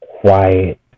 quiet